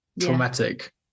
traumatic